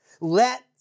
Let